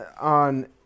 On